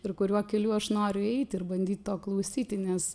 ir kuriuo keliu aš noriu eiti ir bandyt to klausyti nes